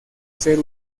ser